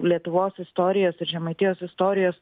lietuvos istorijos ir žemaitijos istorijos